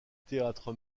théâtre